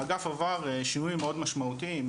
האגף עבר שינויים מאוד משמעותיים,